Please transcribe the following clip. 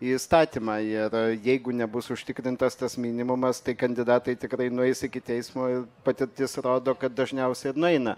į įstatymą ir jeigu nebus užtikrintas tas minimumas tai kandidatai tikrai nueis iki teismo ir patirtis rodo kad dažniausia ir nueina